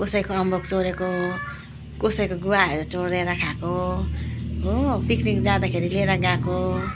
कसैको अम्बक चोरेको कसैको गुवाहरू चोरेर खाएको हो पिकनिक जाँदाखेरि लिएर गएको